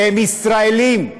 הם ישראלים.